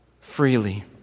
freely